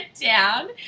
down